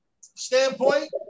standpoint